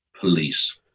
police